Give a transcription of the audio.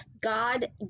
God